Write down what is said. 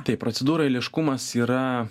tai procedūrų eiliškumas yra